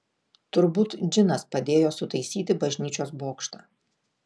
turbūt džinas padėjo sutaisyti bažnyčios bokštą